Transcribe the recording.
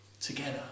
together